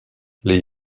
les